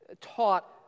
taught